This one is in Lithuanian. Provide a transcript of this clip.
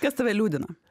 kas tave liūdina